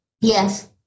Yes